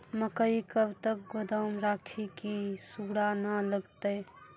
मकई कब तक गोदाम राखि की सूड़ा न लगता?